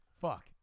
Fuck